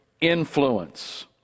influence